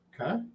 Okay